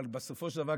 אבל בסופו של דבר,